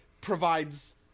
provides